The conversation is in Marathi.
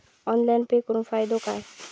ऑनलाइन पे करुन फायदो काय?